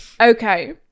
Okay